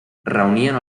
reunien